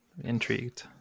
intrigued